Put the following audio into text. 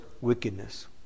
wickedness